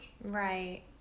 Right